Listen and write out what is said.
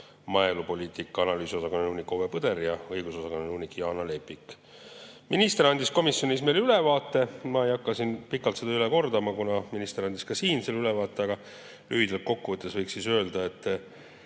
maaelupoliitika ja analüüsi osakonna nõunik Ove Põder ja õigusosakonna nõunik Jaana Lepik. Minister andis komisjonis meile ülevaate. Ma ei hakka siin pikalt seda üle kordama, kuna minister andis ka siin sellest ülevaate. Lühidalt kokku võttes võiks öelda, et